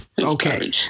okay